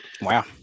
Wow